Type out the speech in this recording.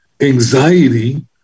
anxiety